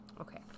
Okay